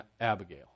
Abigail